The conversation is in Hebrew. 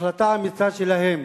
החלטה אמיצה שלהם